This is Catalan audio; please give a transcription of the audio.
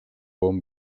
bon